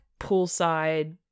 poolside